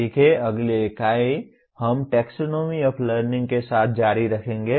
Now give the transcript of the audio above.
ठीक है अगली इकाई हम टेक्सोनोमी ऑफ़ लर्निंग के साथ जारी रखेंगे